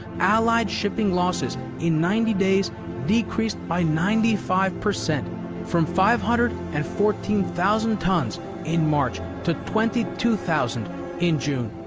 allied shipping losses in ninety days decreased by ninety five percent from five hundred and fourteen thousand tons in march to twenty two thousand in june.